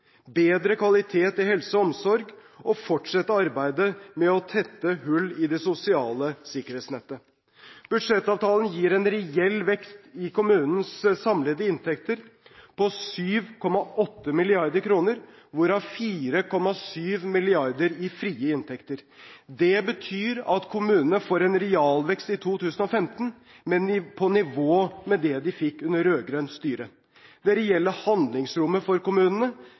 bedre kvalitet i helse- og omsorgssektoren og fortsette arbeidet med å tette hull i det sosiale sikkerhetsnettet. Budsjettavtalen gir en reell vekst i kommunenes samlede inntekter på 7,8 mrd. kr, hvorav 4,7 mrd. kr i frie inntekter. Det betyr at kommunene får en realvekst i 2015 på nivå med det de fikk under rød-grønt styre. Det reelle handlingsrommet for kommunene